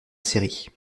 série